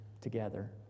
together